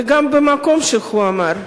וגם במקום שבו הוא אמר,